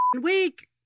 week